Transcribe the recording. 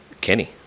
Kenny